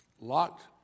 locked